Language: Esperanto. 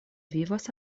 vivas